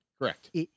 Correct